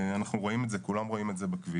אנחנו רואים את זה, כולם רואים את זה בכביש.